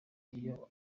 iyo